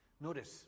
Notice